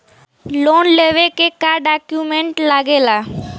Loan लेवे के का डॉक्यूमेंट लागेला?